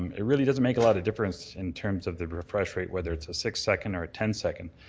um it really doesn't make a lot of difference in terms of the rate whether it's a six second or ten second.